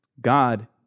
God